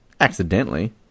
Accidentally